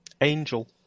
Angel